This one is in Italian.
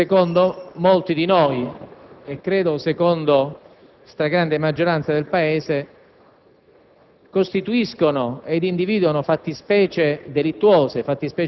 Queste contestazioni, secondo molti di noi (e credo anche secondo la stragrande maggioranza del Paese),